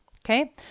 Okay